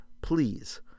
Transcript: please